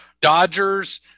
Dodgers